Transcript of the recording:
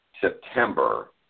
September